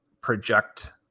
project